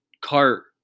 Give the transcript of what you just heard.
cart